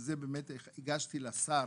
והגשתי לשר